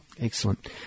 Excellent